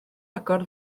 agor